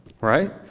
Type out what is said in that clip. right